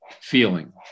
feeling